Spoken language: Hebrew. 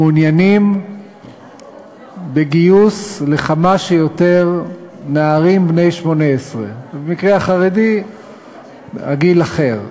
מעוניינים בגיוס לכמה שיותר נערים בני 18. במקרה החרדי הגיל אחר,